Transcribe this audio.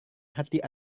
hati